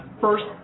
first